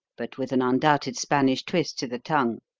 but with an undoubted spanish twist to the tongue.